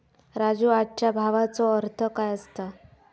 राजू, आजच्या भावाचो अर्थ काय असता?